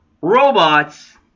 robots